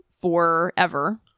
forever